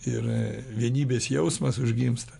ir vienybės jausmas užgimsta